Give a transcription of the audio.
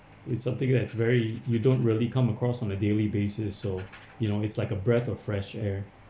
it's something that's very you don't really come across on a daily basis so you know it's like a breath of fresh air